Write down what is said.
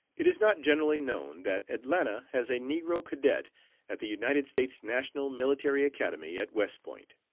it is not generally known that atlanta has a negro cadet at the united states national military academy at west point.